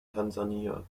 tansania